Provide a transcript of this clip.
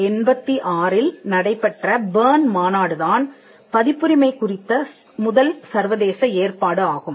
1886 இல் நடைபெற்ற பெர்ன் மாநாடு தான் பதிப்புரிமை குறித்த முதல் சர்வதேச ஏற்பாடு ஆகும்